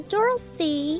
Dorothy